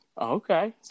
Okay